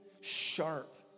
sharp